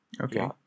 Okay